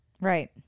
Right